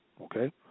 okay